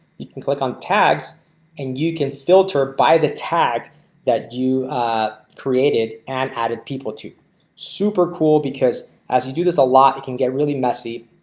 you can click on tags and you can filter by the tag that you created and added people. super cool because as you do this a lot, it can get really messy.